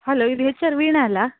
hello ಇದು H R Veena ಅಲ್ಲಾ